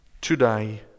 today